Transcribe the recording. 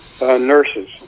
nurses